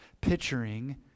Picturing